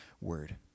word